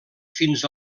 fins